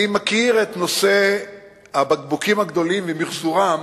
אני מכיר את נושא הבקבוקים הגדולים ומיחזורם